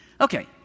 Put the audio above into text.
okay